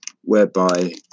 whereby